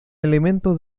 elementos